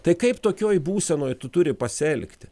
tai kaip tokioj būsenoj tu turi pasielgti